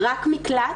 רק מקלט?